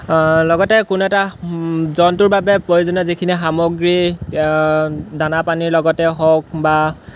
লগতে কোনো এটা জন্তুৰ বাবে প্ৰয়োজনীয় যিখিনি সামগ্ৰী দানা পানীৰ লগতে হওক বা